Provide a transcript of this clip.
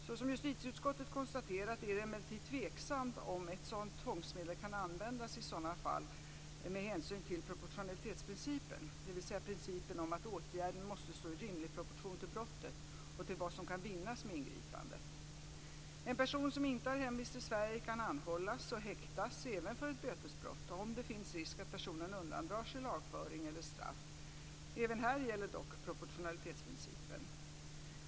Såsom justitieutskottet konstaterat är det emellertid tveksamt om ett sådant tvångsmedel kan användas i dessa fall med hänsyn till proportionalitetsprincipen, dvs. principen om att åtgärden måste stå i rimlig proportion till brottet och till vad som kan vinnas med ingripandet. En person som inte har hemvist i Sverige kan anhållas och häktas även för ett bötesbrott, om det finns risk att personen undandrar sig lagföring eller straff. Även här gäller dock proportionalitetsprincipen.